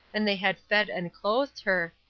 and they had fed and clothed her,